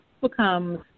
becomes